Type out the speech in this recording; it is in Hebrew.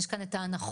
יש כאן את ההנחות